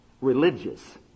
religious